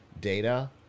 data